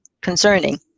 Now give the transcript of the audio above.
concerning